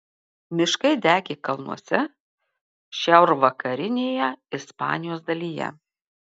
miškai degė kalnuose šiaurvakarinėje ispanijos dalyje